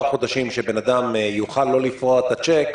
חודשים שבן-אדם יוכל לא לפרוע את הצ'ק,